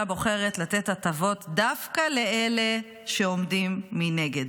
בוחרת לתת הטבות דווקא לאלה שעומדים מנגד.